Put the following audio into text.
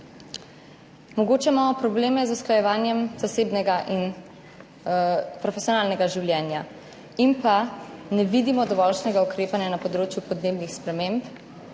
Mogoče imamo probleme z usklajevanjem zasebnega in profesionalnega življenja in ne vidimo dovoljšnega ukrepanja na področju podnebnih sprememb,